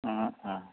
অঁ অঁ